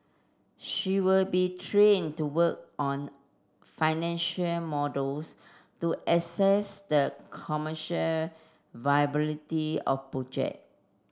she will be train to work on financial models to assess the commercial viability of project